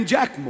Jack